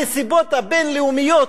הנסיבות הבין-לאומיות